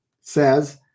says